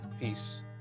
peace